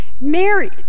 Mary